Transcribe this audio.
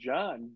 John